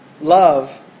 love